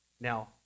Now